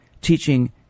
teaching